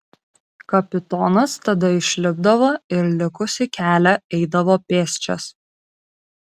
kapitonas tada išlipdavo ir likusį kelią eidavo pėsčias